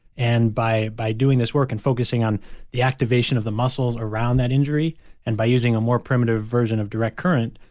and by by doing this work and focusing on the activation of the muscles around that injury and by using a more primitive version of direct current,